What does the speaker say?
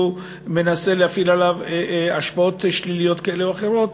מנסה להפעיל עליו השפעות שליליות כאלה או אחרות,